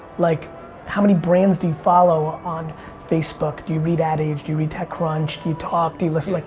like how many brands do you follow on facebook? do you read adage? do you read techcrunch? do you talk, do you listen? like